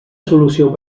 solució